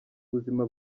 buzima